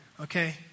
okay